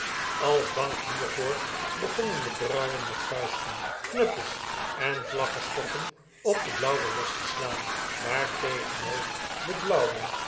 als dank hieryoor begonnen de bruinen met vuisten knuppels en vlaggestokken op de blauwen los'te slaan waartegenover de blauwen